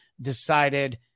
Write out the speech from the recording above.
decided